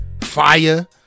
fire